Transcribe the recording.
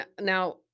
now